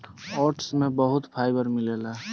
oats में बहुत fibre मिलेला